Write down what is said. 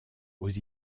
aux